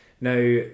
Now